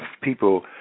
people